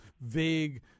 vague